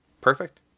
Perfect